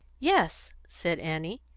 yes, said annie,